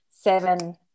seven